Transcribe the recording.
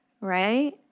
right